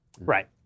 Right